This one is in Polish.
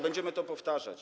Będziemy to powtarzać.